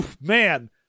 man